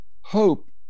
hope